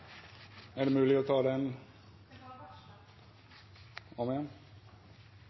er det lurt å avvente den